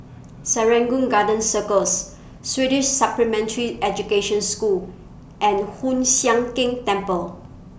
Serangoon Garden Circus Swedish Supplementary Education School and Hoon Sian Keng Temple